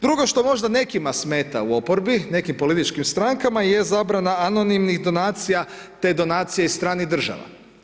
Drugo, što možda nekima smeta u oporbi, nekim političkim strankama je zabrana anonimnih donacija, te donacija iz stranih država.